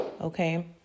okay